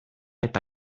eta